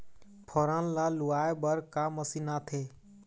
फोरन ला लुआय बर का मशीन आथे?